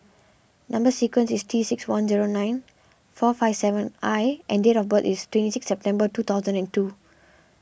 Number Sequence is T six one zero nine four five seven I and date of birth is twenty six September two thousand and two